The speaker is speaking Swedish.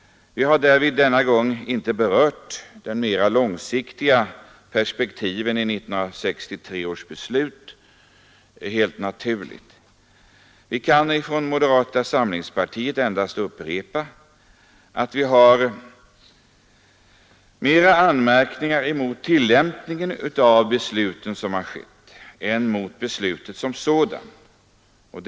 Vi har denna gång inte berört de mera långsiktiga perspektiven i 1963 års beslut, och det är helt naturligt. Från moderata samlingspartiet kan vi endast upprepa att vi har mera anmärkningar emot tillämpningen av beslutet än emot beslutet som sådant.